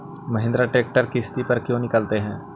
Mahindra tractor किसति पर क्यों निकालते हैं?